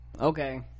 okay